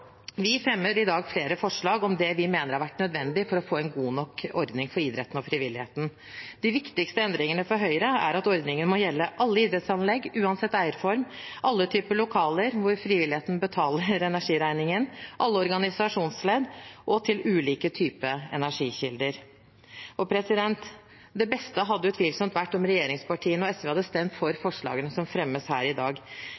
Vi fremmer i dag flere forslag om det vi mener har vært nødvendig for å få en god nok ordning for idretten og frivilligheten. De viktigste endringene for Høyre er at ordningen må gjelde alle idrettsanlegg, uansett eierform, alle typer lokaler hvor frivilligheten betaler energiregningen, alle organisasjonsledd og ulike typer energikilder. Det beste hadde utvilsomt vært om regjeringspartiene og SV hadde stemt for